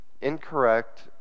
incorrect